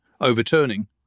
overturning